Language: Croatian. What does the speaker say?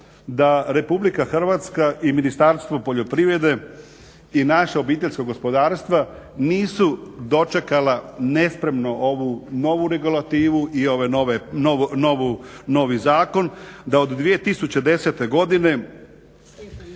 da RH i Ministarstvo poljoprivrede i naša obiteljska gospodarstva nisu dočekala nespremno ovu novu regulativu i ovaj novi zakon da od 2010. godine